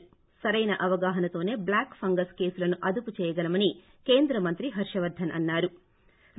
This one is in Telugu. ి సరైన అవగాహనతోనే బ్లాక్ ఫంగస్ కేసులను అదుపు చేయగలమని కేంద్రమంత్రి హర్గవర్గన్ అన్సారు